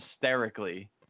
hysterically